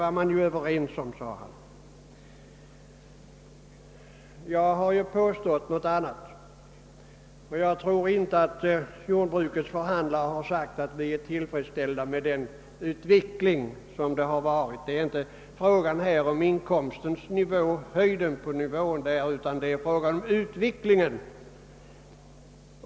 Jag har påstått något annat, och jag tror inte att jordbrukets förhandlare har sagt att vi är tillfredsställda med utvecklingen. Det är inte fråga om höjden på inkomstnivån utan om den procentuella förbättringen.